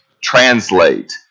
translate